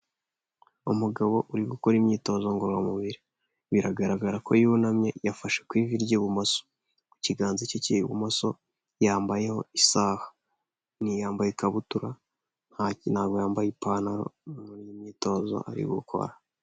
Umugabo uri gukora imyitozo ngororamubiri biragaragara ko yunamye yafashe ku ivi ry'ibumoso ku kiganza cye cy'ibumoso yambayeho isaha ni yambaye ikabutura ntabwo yambaye ipantaro y'imyitozo ari gukora.